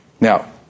Now